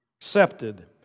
accepted